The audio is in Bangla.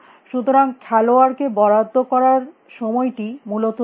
সুতরাং খেলোয়াড়কে বরাদ্দ করা সময়টি মূলত স্থির